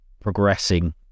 progressing